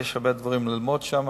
יש הרבה דברים ללמוד שם,